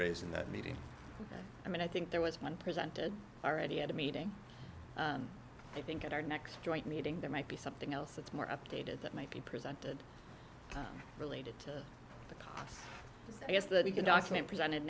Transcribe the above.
raise in that meeting i mean i think there was one presented already at a meeting i think at our next joint meeting that might be something else that's more updated that might be presented related to the cause i guess that we can document presented